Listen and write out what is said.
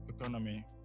Economy